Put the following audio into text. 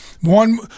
One